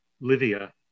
Livia